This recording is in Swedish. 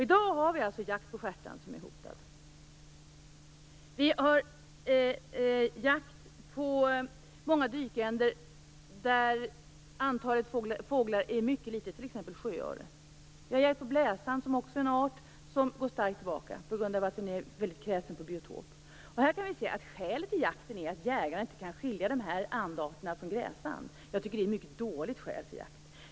I dag bedrivs jakt på stjärtand, som är hotad. Det bedrivs jakt på många dykänder där antalet fåglar är mycket litet, t.ex. sjöorre. Jakt bedrivs på bläsand, som också är en art som går starkt tillbaka på grund av att arten är väldigt kräsen vad gäller biotop. Skälet till jakten är att jägaren inte kan skilja de här andarterna från gräsand. Jag tycker att det är ett mycket dåligt skäl till jakt.